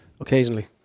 Occasionally